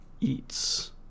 eats